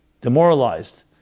demoralized